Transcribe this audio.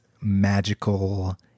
magical